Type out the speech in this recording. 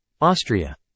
Austria